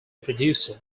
producer